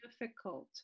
difficult